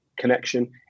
connection